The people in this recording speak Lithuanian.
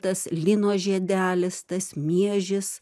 tas lino žiedelis tas miežis